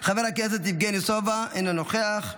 חב הכנסת יבגני סובה, אינו נוכח,